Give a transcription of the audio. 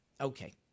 Okay